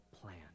plan